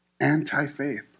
Anti-faith